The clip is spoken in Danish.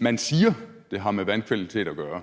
Man siger, at det har med vandkvalitet at gøre,